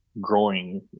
growing